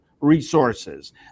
resources